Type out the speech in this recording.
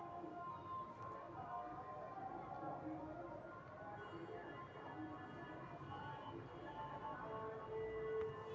मक्का के उपजावे वाला सबसे बड़ा देश अमेरिका हई